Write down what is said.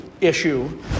issue